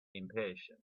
impatient